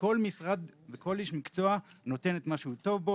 וכל משרד וכל איש מקצוע נותן את מה שהוא טוב בו.